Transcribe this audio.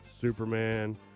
Superman